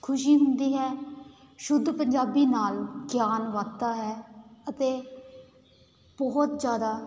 ਖੁਸ਼ੀ ਹੁੰਦੀ ਹੈ ਸ਼ੁੱਧ ਪੰਜਾਬੀ ਨਾਲ ਗਿਆਨ ਵਧਦਾ ਹੈ ਅਤੇ ਬਹੁਤ ਜ਼ਿਆਦਾ